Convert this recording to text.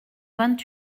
vingt